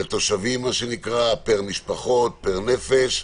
לתושבים פר משפחות, פר נפש.